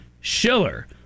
Schiller